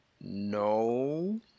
No